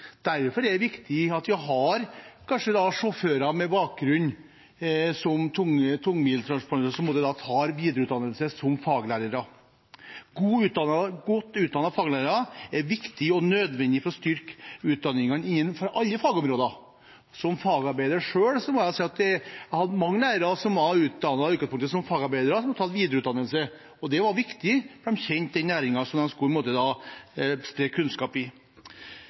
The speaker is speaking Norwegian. Derfor er det viktig at vi har sjåfører med bakgrunn som tungtransportsjåfører som tar videreutdanning som faglærere. Godt utdannede faglærere er viktig og nødvendig for å styrke utdanningene innen alle fagområder. Som fagarbeider selv må jeg si at jeg har hatt mange lærere som var utdannet som fagarbeidere, men som hadde tatt videreutdanning. Det var viktig at de kjente den næringen som de skulle spre kunnskap i. Derfor er jeg svært fornøyd med at Støre-regjeringen så raskt har tatt tak i